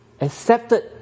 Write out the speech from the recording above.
Accepted